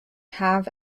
have